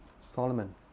Solomon